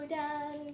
down